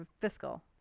fiscal